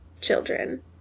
children